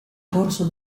corso